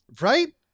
Right